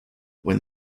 when